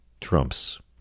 Trump's